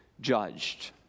judged